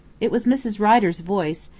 it was mrs. rider's voice,